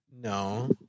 No